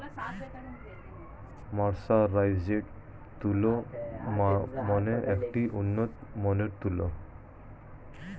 mercerised তুলো মানে একটি উন্নত মানের তুলো